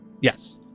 Yes